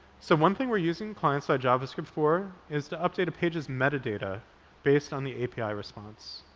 so one thing we're using client-side javascript for is to update a page's metadata based on the api response.